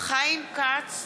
חיים כץ,